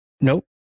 Nope